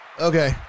Okay